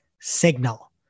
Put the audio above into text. signal